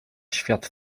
świat